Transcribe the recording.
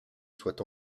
soit